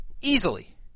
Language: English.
Easily